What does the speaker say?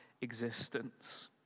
existence